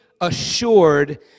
assured